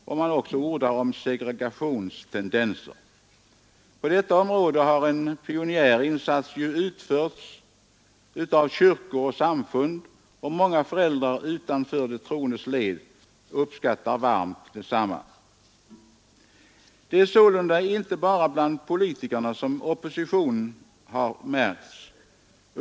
Man ordar också om ”segregationstendenser”. Och ändå har på detta område en pionjärinsats utförts av kyrkan och samfunden, som många föräldrar utanför de troendes led varmt uppskattar. Det är sålunda inte bara bland politikerna som oppositionen har märkts.